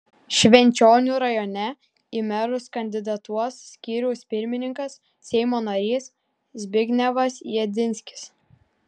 švenčionių rajone į merus kandidatuos skyriaus pirmininkas seimo narys zbignevas jedinskis